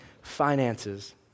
finances